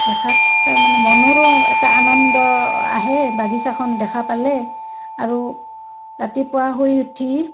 দেখাত তাৰমানে মনোৰম এটা আনন্দ আহে বাগিছাখন দেখা পালে আৰু ৰাতিপুৱা শুই উঠি